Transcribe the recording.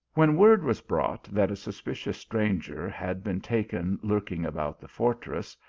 when word was brought that a suspicious stranger had been taken lurking about the fortress,